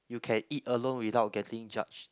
you can eat alone without getting judged